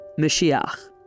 Mashiach